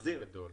נחזיר את זה.